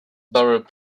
borough